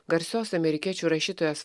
garsios amerikiečių rašytojos